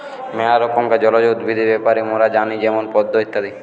ম্যালা রকমের জলজ উদ্ভিদ ব্যাপারে মোরা জানি যেমন পদ্ম ইত্যাদি